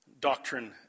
doctrine